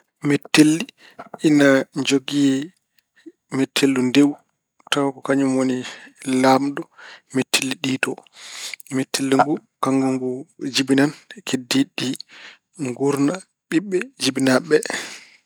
Mettelli ina njogii mettellu dewu tawi ko kañum woni laamɗo mettelli ɗi too. Mettellu ngu, kanngu ngu jibinan, keddiiɗi nguurna ɓiɓɓe jibinaaɓe ɓe.